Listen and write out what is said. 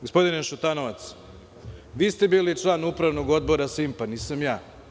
Gospodine Šutanovac, vi ste bili član Upravnog odbora „Simpa“, nisam ja.